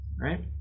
right